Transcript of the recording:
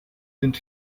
sind